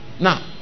now